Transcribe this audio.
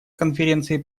конференции